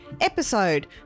episode